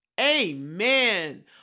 amen